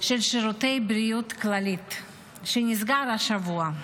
של שירותי בריאות כללית, שנסגר השבוע.